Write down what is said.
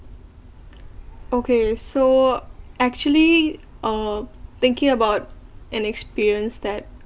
okay so actually uh thinking about an experience that